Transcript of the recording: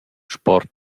sport